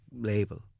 label